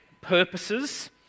purposes